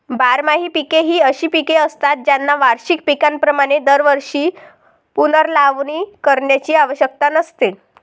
बारमाही पिके ही अशी पिके असतात ज्यांना वार्षिक पिकांप्रमाणे दरवर्षी पुनर्लावणी करण्याची आवश्यकता नसते